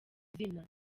izina